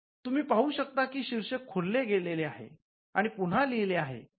तुम्ही पाहु शकता की शीर्षक खोडले गेलेले आहे आणि पुन्हा लिहिले आहे